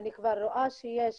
אני כבר רואה שיש